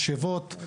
משאבות,